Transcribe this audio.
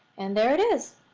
and there it is.